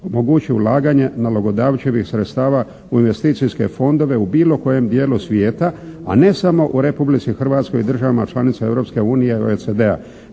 omogući ulaganje nalogodavčevih sredstava u investicijske fondove u bilo kojem dijelu svijeta, a ne samo u Republici Hrvatskoj i državama članica Europske